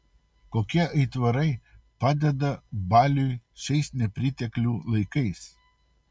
kokie aitvarai padeda baliui šiais nepriteklių laikais